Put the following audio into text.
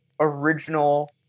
original